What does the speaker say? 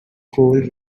gold